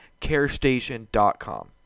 carestation.com